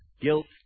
guilt